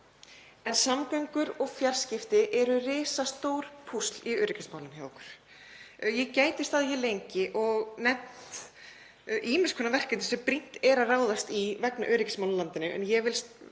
En samgöngur og fjarskipti eru risastór púsl í öryggismálum hjá okkur. Ég gæti staðið hér lengi og nefnt ýmiss konar verkefni sem brýnt er að ráðast í vegna öryggismála í landinu en ég vil nýta